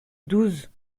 douze